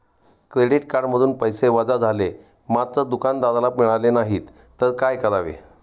Credit कार्डमधून पैसे वजा झाले मात्र दुकानदाराला मिळाले नाहीत तर काय करावे?